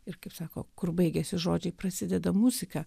ir kaip sako kur baigiasi žodžiai prasideda muzika